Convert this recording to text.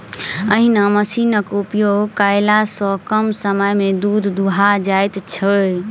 एहि मशीनक उपयोग कयला सॅ कम समय मे दूध दूहा जाइत छै